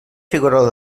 figuerola